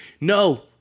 No